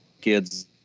kids